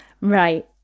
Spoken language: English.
right